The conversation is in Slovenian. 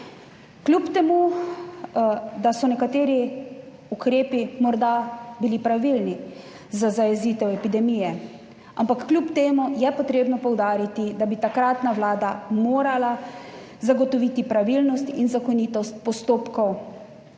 kljub temu da so nekateri ukrepi morda bili pravilni za zajezitev epidemije. Ampak kljub temu je potrebno poudariti, da bi takratna vlada morala zagotoviti pravilnost in zakonitost postopkov